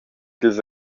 dils